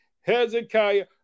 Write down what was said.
Hezekiah